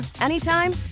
anytime